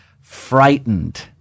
frightened